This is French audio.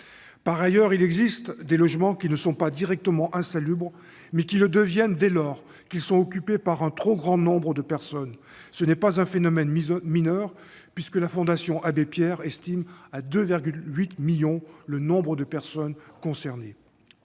Par ailleurs, il existe des logements qui ne sont pas directement insalubres, mais qui le deviennent dès lors qu'ils sont occupés par un trop grand nombre de personnes. Ce n'est pas un phénomène mineur puisque la Fondation Abbé Pierre estime à 2,8 millions le nombre de personnes concernées.